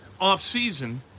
offseason